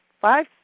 five